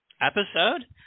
episode